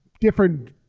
Different